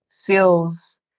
feels